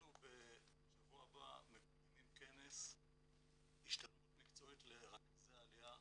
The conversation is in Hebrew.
בשבוע הבא אנחנו מקיימים כנס השתלמות מקצועית לרכזי עליה,